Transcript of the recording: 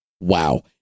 wow